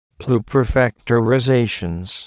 pluperfectorizations